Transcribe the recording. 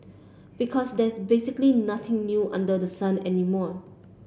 because there's basically nothing new under the sun anymore